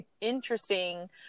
interesting